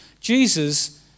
Jesus